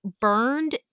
burned